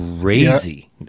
crazy